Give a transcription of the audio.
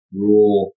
rule